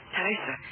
Teresa